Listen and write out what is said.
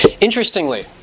Interestingly